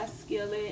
skillet